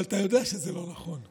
אבל אתה יודע שזה לא נכון.